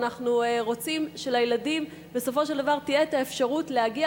אנחנו רוצים שלילדים בסופו של דבר תהיה האפשרות להגיע